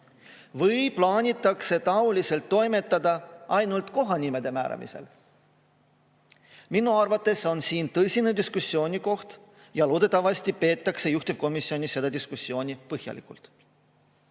või plaanitakse taoliselt toimetada ainult kohanimede määramisel? Minu arvates on siin tõsine diskussioonikoht ja loodetavasti peetakse juhtivkomisjonis seda diskussiooni põhjalikult. Lisaks